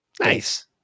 Nice